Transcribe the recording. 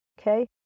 okay